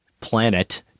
planet